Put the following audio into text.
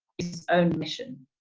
own mission